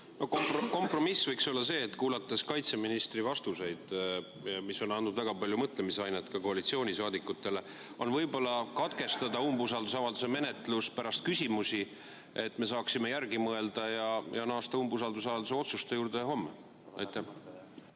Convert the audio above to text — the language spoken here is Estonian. Kompromiss võiks olla see, ütlen, olles kuulanud kaitseministri vastuseid, mis on andnud väga palju mõtlemisainet ka koalitsioonisaadikutele, et võib-olla katkestada umbusaldusavalduse menetlus pärast küsimusi, et me saaksime järele mõelda ja naasta umbusaldusavalduse otsuse juurde homme.